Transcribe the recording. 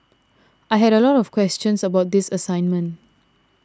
I had a lot of questions about this assignment